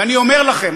ואני אומר לכם,